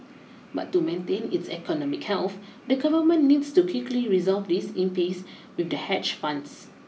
but to maintain its economic health the government needs to quickly resolve this impasse with the hedge funds